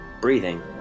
breathing